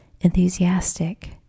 enthusiastic